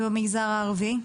ובמגזר הערבי?